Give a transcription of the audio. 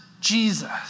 Jesus